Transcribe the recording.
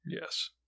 yes